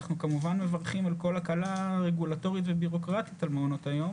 אנחנו כמובן מברכים על כל הקלה רגולטורית ובירוקרטית על מעונות היום